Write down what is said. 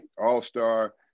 all-star